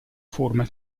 forma